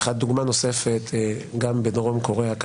דוגמה נוספת גם בדרום קוריאה,